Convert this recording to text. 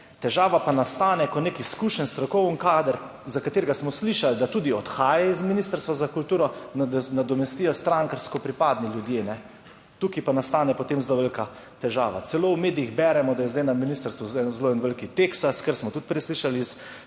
Težava pa nastane, ko nek izkušen strokoven kader, za katerega smo slišali, da tudi odhaja iz Ministrstva za kulturo, nadomestijo strankarsko pripadni ljudje. Tukaj pa nastane potem zelo velika težava. Celo v medijih beremo, da je zdaj na ministrstvu zelo en velik Teksas, kar smo tudi prej slišali s